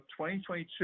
2022